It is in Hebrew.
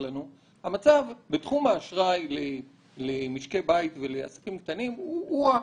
- המצב בתחום האשראי למשקי בית ולעסקים קטנים הוא רע.